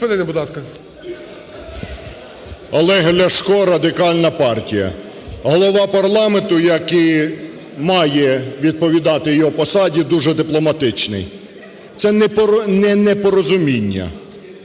Олег Ляшко, Радикальна партія. Голова парламенту, як і має відповідати його посаді, дуже дипломатичний. Це не непорозуміння,